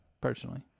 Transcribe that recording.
Personally